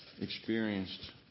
experienced